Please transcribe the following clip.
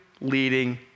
leading